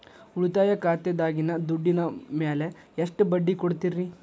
ಉಳಿತಾಯ ಖಾತೆದಾಗಿನ ದುಡ್ಡಿನ ಮ್ಯಾಲೆ ಎಷ್ಟ ಬಡ್ಡಿ ಕೊಡ್ತಿರಿ?